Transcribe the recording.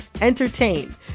entertain